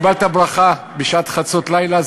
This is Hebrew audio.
קיבלת ברכה בשעת חצות לילה,